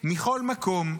--- מכל מקום,